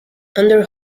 under